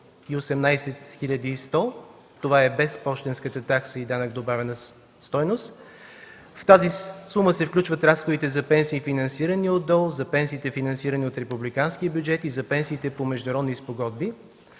100 лв., това е без пощенската такса и данък добавена стойност. В тази сума се включват разходите за пенсии, финансирани от ДОО, за пенсиите, финансирани от републиканския бюджет и за пенсиите по международни спогодби,